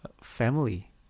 family